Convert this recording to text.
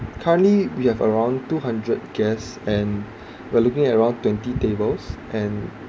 currently we have around two hundred guests and we're looking at around twenty tables and